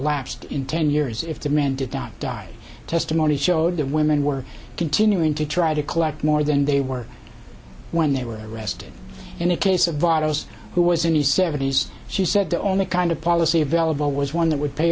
elapsed in ten years if the man did not die testimony showed that women were continuing to try to collect more than they were when they were arrested in the case of bottles who was in the seventies she said the only kind of policy available was one that would pay